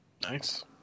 Nice